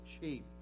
sheep